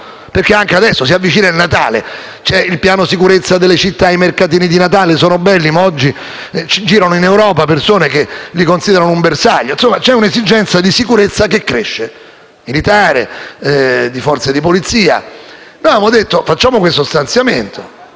perché anche adesso che si avvicina il Natale c'è il Piano sicurezza delle città e dei mercatini di Natale. Certo, sono belli, ma oggi girano in Europa persone che li considerano un bersaglio. Insomma, c'è una esigenza di sicurezza che cresce: esigenza militare e di forze di polizia. Noi abbiamo proposto di fare questo stanziamento.